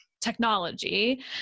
technology